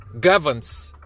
governs